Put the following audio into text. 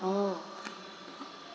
oh